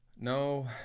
No